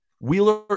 Wheeler